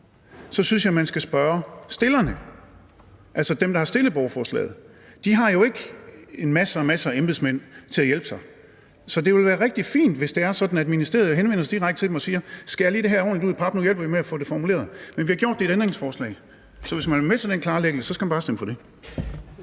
handler om, skal spørge stillerne, altså dem, der har stillet borgerforslaget. De har jo ikke masser af embedsmænd til at hjælpe sig, så det vil være rigtig fint, hvis det er sådan, at ministeriet henvender sig direkte til dem og siger: Skær lige det her ordentligt ud i pap – nu hjælper vi med at få det formuleret. Men vi har gjort det i et ændringsforslag, så hvis man vil være med til den klarlæggelse, skal man bare stemme for det.